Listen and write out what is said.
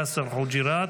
יאסר חוג'יראת,